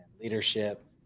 leadership